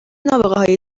نابغههای